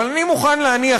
אבל אני מוכן להניח,